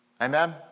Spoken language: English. Amen